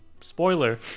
spoiler